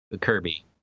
Kirby